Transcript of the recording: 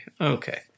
okay